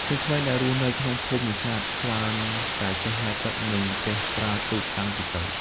ក្មេងៗដែលរស់នៅក្នុងភូមិនេសាទច្រើនតែចេះ ហែលទឹក និងចេះប្រើទូកតាំងពីតូច។